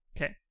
okay